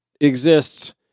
exists